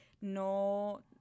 no